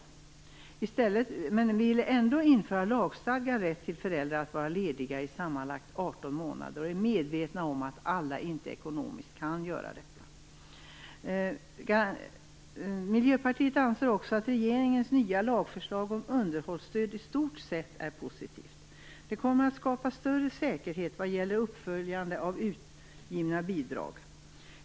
Vi vill ändå införa lagstadgad rätt för föräldrar att vara lediga i sammanlagt 18 månader, men vi är medvetna om att alla inte kan klara detta ekonomiskt. Miljöpartiet anser också att regeringens nya lagförslag om underhållsstöd i stort sett är positivt. Det kommer att skapa större säkerhet vad gäller uppföljande av utgivna bidrag.